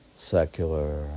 secular